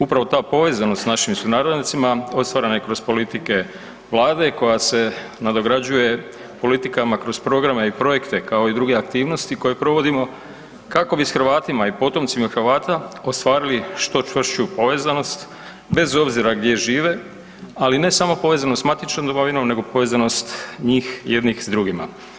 Upravo ta povezanost sa našim sunarodnjacima ostvarena je kroz politike Vlade koja se nadograđuje politikama kroz programe i projekte kao i druge aktivnosti koje provodimo kako bi s Hrvatima i potomcima od Hrvata, ostvarili što čvršću povezanost bez obzira gdje žive ali ne samo povezanost sa matičnom domovinom nego povezanost njih jedni s drugima.